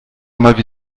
wieder